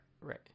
right